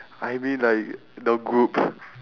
I mean like the group